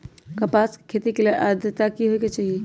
कपास के खेती के लेल अद्रता की होए के चहिऐई?